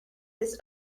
this